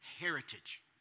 heritage